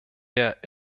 der